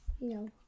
No